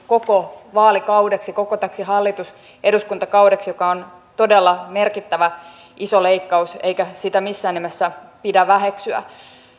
koko vaalikaudeksi koko täksi hallitus ja eduskuntakaudeksi joka on todella merkittävä iso leikkaus eikä sitä missään nimessä pidä väheksyä